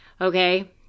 Okay